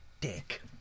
dick